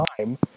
time